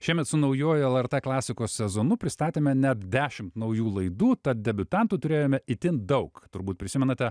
šiemet su naujuoju lrt klasikos sezonu pristatėme net dešimt naujų laidų tad debiutantų turėjome itin daug turbūt prisimenate